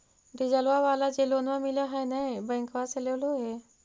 डिजलवा वाला जे लोनवा मिल है नै बैंकवा से लेलहो हे?